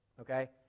Okay